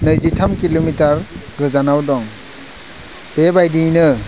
नैजिथाम किल'मिटार गोजानाव दं बेबायदियैनो